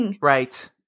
Right